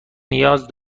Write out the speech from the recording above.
نیاز